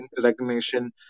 recognition